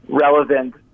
relevant